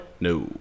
No